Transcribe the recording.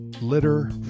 litter